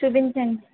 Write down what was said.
చూపించండి